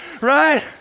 right